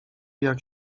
jak